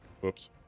Whoops